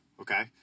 Okay